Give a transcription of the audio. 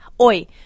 Oi